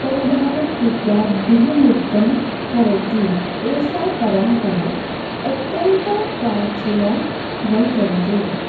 परिधानं कृत्वा बिहूनृत्यं करोति एषा परम्परा अत्यन्तप्राचीना वर्तन्ते